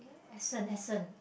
essence essence